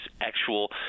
actual